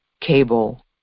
cable